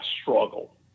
Struggle